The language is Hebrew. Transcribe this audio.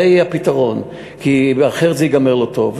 זה יהיה הפתרון, כי אחרת זה ייגמר לא טוב.